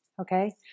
Okay